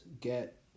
get